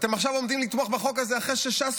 אתם הולכים לתמוך בחוק הזה,